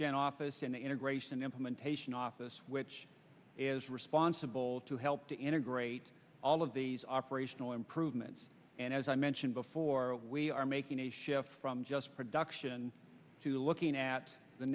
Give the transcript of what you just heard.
gen office and the integration implementation office which is responsible to help to integrate all of these operational improvements and as i mentioned before we are making a shift from just production to looking at the